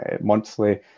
monthly